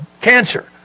cancer